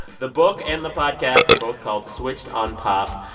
the book and the podcast are both called switched on pop.